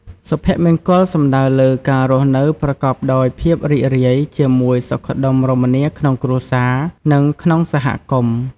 សុភមង្គលសំដៅលើ ការរស់នៅប្រកបដោយភាពរីករាយ ជាមួយសុខដុមរមនាក្នុងគ្រួសារ និងក្នុងសហគមន៍។